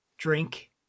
drink